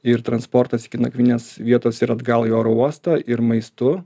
ir transportas iki nakvynės vietos ir atgal į oro uostą ir maistu